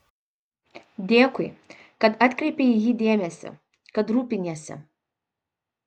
dėkui kad atkreipei į jį dėmesį kad rūpiniesi